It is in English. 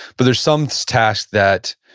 but there are some tasks that,